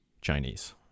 Chinese